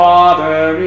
Father